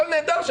הכל נהדר,